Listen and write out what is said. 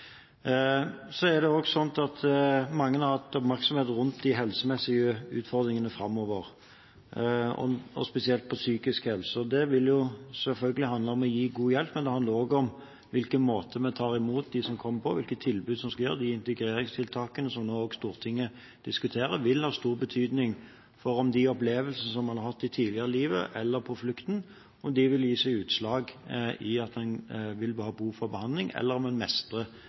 Så er det mange som har hatt oppmerksomhet rundt de helsemessige utfordringene framover, og spesielt på psykisk helse. Det vil selvfølgelig handle om å gi god hjelp, men det handler også om på hvilken måte vi tar imot dem som kommer, og hvilke tilbud som skal gis. De integreringstiltakene som nå også Stortinget diskuterer, vil ha stor betydning for om de opplevelsene som en har hatt tidligere i livet, f.eks. på flukt, vil gi seg utslag i at en vil ha behov for behandling, eller om en mestrer